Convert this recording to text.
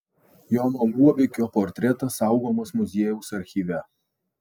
jono luobikio portretas saugomas muziejaus archyve